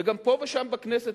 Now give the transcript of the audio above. וגם פה ושם בכנסת,